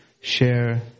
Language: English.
share